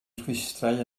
rhwystrau